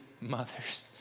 mothers